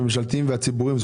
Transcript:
למשל בתחנת תבור וצלמון, שכירות.